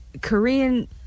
Korean